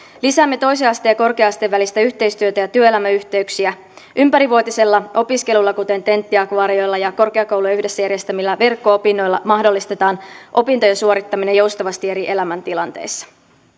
lisäämme toisen asteen ja korkea asteen välistä yhteistyötä ja työelämäyhteyksiä ympärivuotisella opiskelulla kuten tenttiakvaarioilla ja korkeakoulujen yhdessä järjestämillä verkko opinnoilla mahdollistetaan opintojen suorittaminen joustavasti eri elämäntilanteissa